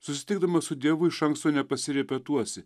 susitikdamas su dievu iš anksto nepasirepetuosi